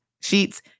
Sheets